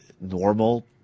normal